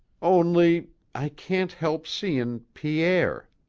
only i can't help seein' pierre.